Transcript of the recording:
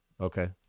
Okay